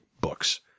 books